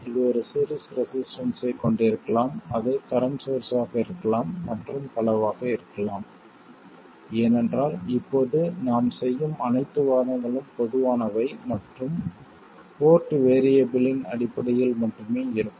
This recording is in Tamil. இது ஒரு சீரிஸ் ரெசிஸ்டன்ஸ்சைக் கொண்டிருக்கலாம் அது கரண்ட் சோர்ஸ் ஆக இருக்கலாம் மற்றும் பலவாக இருக்கலாம் ஏனென்றால் இப்போது நாம் செய்யும் அனைத்து வாதங்களும் பொதுவானவை மற்றும் போர்ட் வேறியபிளின் அடிப்படையில் மட்டுமே இருக்கும்